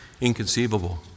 inconceivable